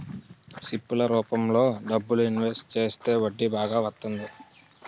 SIP ల రూపంలో డబ్బులు ఇన్వెస్ట్ చేస్తే వడ్డీ బాగా వత్తంది